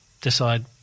decide